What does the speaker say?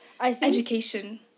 education